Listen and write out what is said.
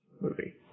movie